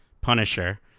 Punisher